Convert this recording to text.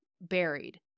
buried